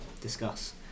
discuss